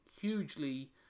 hugely